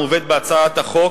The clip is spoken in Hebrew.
המובאת בהצעת החוק,